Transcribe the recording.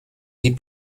die